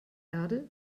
erde